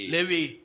Levi